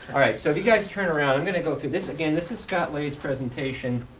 all right. so if you guys turn around, i'm going to go through this again. this is scott lay's presentation